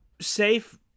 safe